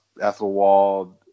Ethelwald